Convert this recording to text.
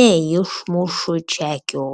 neišmušu čekio